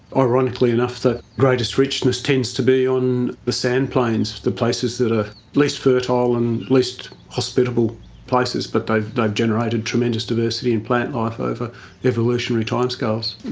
ah ironically enough the greatest richness tends to be on the sand plains, the places that are least fertile and least hospitable places, but they've they've generated tremendous diversity in plant life over evolutionary timescales.